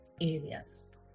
areas